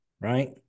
right